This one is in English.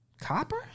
Copper